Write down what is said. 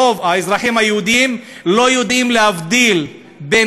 רוב האזרחים היהודים לא יודעים להבדיל בין